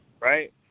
Right